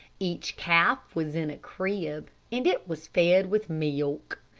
each calf was in a crib, and it was fed with milk.